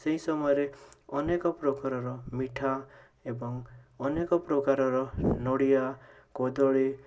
ସେହି ସମୟରେ ଅନେକପ୍ରକାରର ମିଠା ଏବଂ ଅନେକପ୍ରକାରର ନଡ଼ିଆ କଦଳୀ